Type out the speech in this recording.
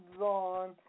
on